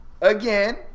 again